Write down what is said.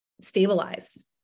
stabilize